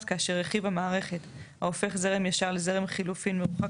;כאשר רכיב המערכת ההופך זרם ישר לזרם חילופי מרוחק